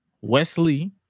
Wesley